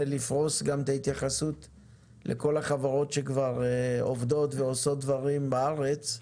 לפרוס גם את ההתייחסות לכל החברות שכבר עובדות ועושות דברים בארץ.